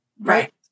right